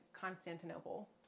Constantinople